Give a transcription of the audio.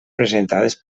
presentades